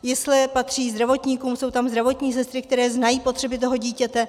Jesle patří zdravotníkům, jsou tam zdravotní sestry, které znají potřeby dítěte.